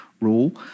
rule